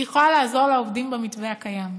כי היא יכולה לעזור לעובדים במתווה הקיים,